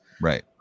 Right